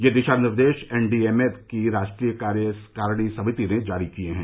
यह दिशा निर्देश एन डी एम ए की राष्ट्रीय कार्यकारिणी समिति ने जारी किए हैं